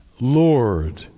Lord